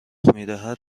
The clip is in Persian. میدهد